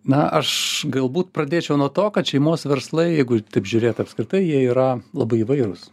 na aš galbūt pradėčiau nuo to kad šeimos verslai jeigu taip žiūrėt apskritai jie yra labai įvairūs